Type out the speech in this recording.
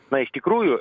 na iš tikrųjų